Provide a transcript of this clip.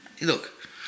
Look